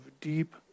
deep